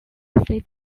city